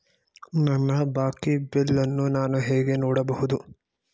ನನ್ನ ಬಾಕಿ ಬಿಲ್ ಅನ್ನು ನಾನು ಹೇಗೆ ನೋಡಬಹುದು?